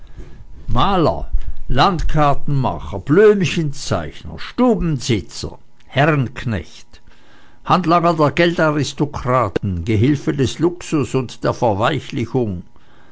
maler landkartenmacher blümchenzeichner stubensitzer herrenknecht handlanger der geldaristokraten gehilfe des luxus und der verweichlichung